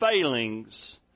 failings